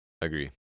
Agree